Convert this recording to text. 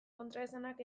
kontraesanak